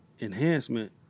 enhancement